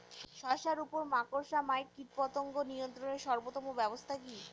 শশার উপর মাকড়সা মাইট কীটপতঙ্গ নিয়ন্ত্রণের সর্বোত্তম ব্যবস্থা কি?